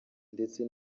ndetse